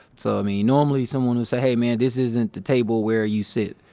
so, i mean, normally, someone would say, hey, man, this isn't the table where you sit.